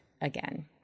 again